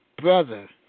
brother